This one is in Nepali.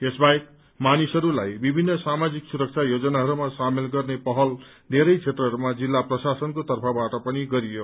यस बाहेक मानिसहरूलाई विभिन्न सामाजिक सुरक्षा योजनाहरूमा सामेल गर्ने पहल येरै क्षेत्रहरूमा जिल्ला प्रशासनको तर्फबाट पनि गरियो